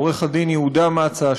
עורך-דין יהודה מצא,